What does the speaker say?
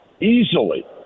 easily